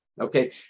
okay